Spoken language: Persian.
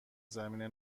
زمینه